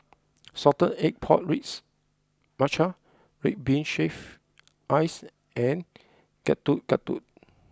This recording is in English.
Salted Egg Pork Ribs Matcha Red Bean shaved Ice and Getuk Getuk